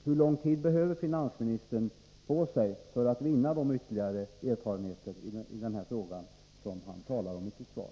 Hur lång tid behöver finansministern på sig för att vinna de ytterligare erfarenheter i den här frågan som han talar om i sitt svar?